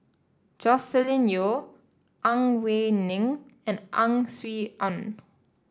Joscelin Yeo Ang Wei Neng and Ang Swee Aun